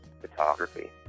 photography